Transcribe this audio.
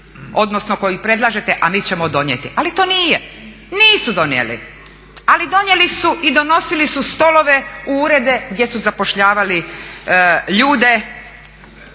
odnosno koji predlažete a mi ćemo donijeti. Ali to nije, nisu donijeli. Ali donijeli su i donosili su stolove u urede gdje su zapošljavali ljude